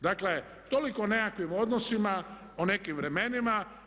Dakle, toliko o nekakvim odnosima, o nekim vremenima.